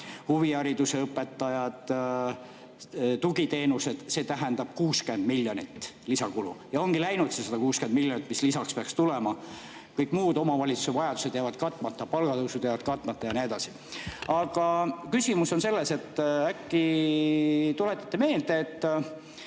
huvihariduse õpetajad, tugiteenused – see tähendab 60 miljonit lisakulu. Ja ongi läinud see 160 miljonit, mis lisaks peaks tulema. Kõik muud omavalitsuste vajadused jäävad katmata, palgatõusud jäävad katmata ja nii edasi. Aga küsimus on selline. Äkki tuletate meelde,